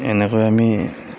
এনেকৈ আমি